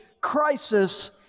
crisis